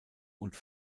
und